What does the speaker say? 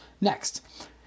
Next